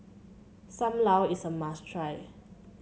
Sam Lau is a must try